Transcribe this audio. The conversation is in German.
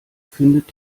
findet